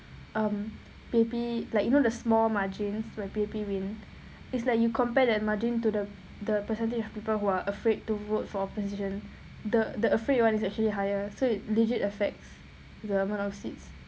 um P_A_P like you know the small margins where P_A_P win it's like you compare that margin to the the percentage of people who are afraid to vote for opposition the the afraid ones is actually higher so it legit affects the amount of seats